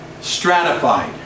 stratified